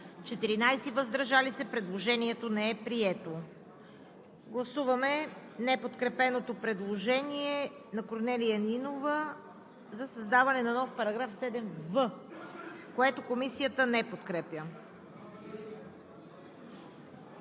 96, въздържали се 14. Предложението не е прието. Гласуваме неподкрепеното предложение на Корнелия Нинова за създаване на нов § 7в, което Комисията не подкрепя.